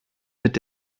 mit